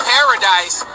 Paradise